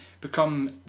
become